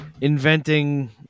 inventing